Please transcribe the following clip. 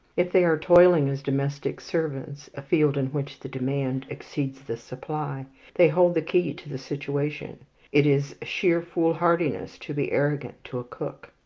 if they are toiling as domestic servants a field in which the demand exceeds the supply they hold the key to the situation it is sheer foolhardiness to be arrogant to a cook.